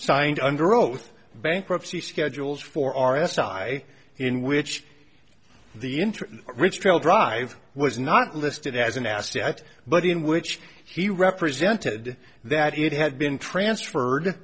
signed under oath bankruptcy schedules for r s i in which the interest rich trail drive was not listed as an asset but in which he represented that it had been transferred